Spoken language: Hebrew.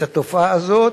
את התופעה הזאת,